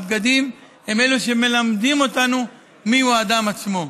הבגדים הם שמלמדים אותנו מיהו האדם עצמו.